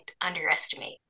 underestimate